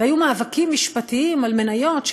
היו מאבקים משפטיים על מניות,